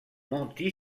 menti